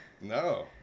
No